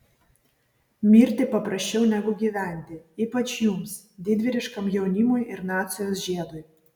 mirti paprasčiau negu gyventi ypač jums didvyriškam jaunimui ir nacijos žiedui